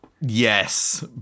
Yes